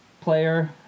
player